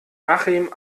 achim